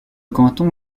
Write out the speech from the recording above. canton